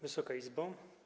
Wysoka Izbo!